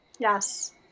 Yes